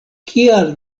kial